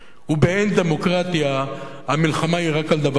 ובאין דמוקרטיה המלחמה היא רק על דבר אחד: